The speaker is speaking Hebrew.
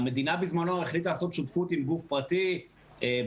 המדינה בזמנו החליטה לעשות בזמנו שותפות עם גוף פרטי בעבר.